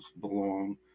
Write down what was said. belong